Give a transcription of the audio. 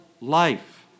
life